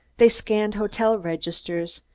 they scanned hotel registers,